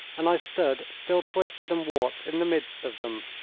and i stood, still twisted and warped, in the midst of them.